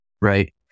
right